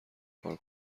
کار